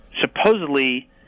supposedly